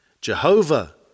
Jehovah